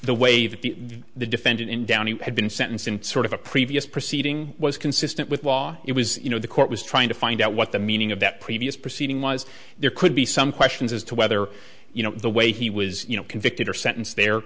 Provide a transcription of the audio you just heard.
the way that the the defendant in downey had been sentenced in sort of a previous proceeding was consistent with law it was you know the court was trying to find out what the meaning of that previous proceeding was there could be some questions as to whether you know the way he was convicted or sentence there